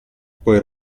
poi